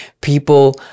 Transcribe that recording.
people